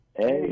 Hey